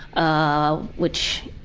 ah, which,